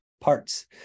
parts